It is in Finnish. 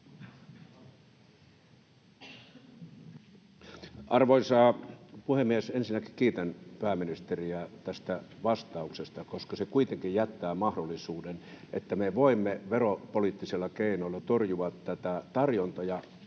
Arvoisa puhemies! Ensinnäkin kiitän pääministeriä tästä vastauksesta, koska se kuitenkin jättää mahdollisuuden, että me voimme veropoliittisilla keinoilla torjua tätä tarjonta- ja